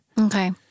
Okay